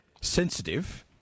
sensitive